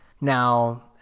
Now